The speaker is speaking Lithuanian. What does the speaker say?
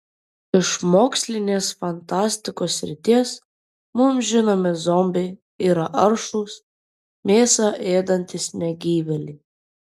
iš mokslinės fantastikos srities mums žinomi zombiai yra aršūs mėsą ėdantys negyvėliai